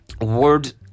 word